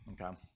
Okay